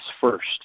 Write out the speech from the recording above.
first